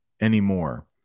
anymore